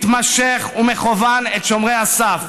מתמשך ומכוון את שומרי הסף: